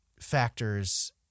factors